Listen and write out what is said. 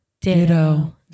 ditto